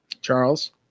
Charles